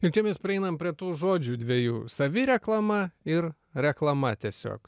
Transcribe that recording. ir čia mes prieinam prie tų žodžių dviejų savireklama ir reklama tiesiog